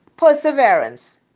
Perseverance